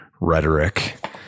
rhetoric